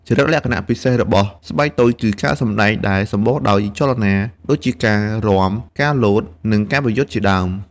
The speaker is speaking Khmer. ចរិតលក្ខណៈពិសេសរបស់ស្បែកតូចគឺការសម្ដែងដែលសម្បូរដោយចលនា ដូចជាការរាំ ការលោត និងការប្រយុទ្ធជាដើម។